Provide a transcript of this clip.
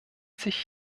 sich